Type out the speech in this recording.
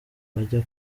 bajya